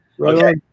Okay